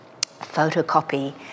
photocopy